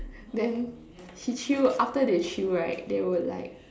then he chew after they chew right they would like